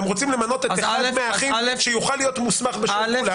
והם רוצים למנות את אחד האחים שיוכל להיות מוסמך בשם כולם,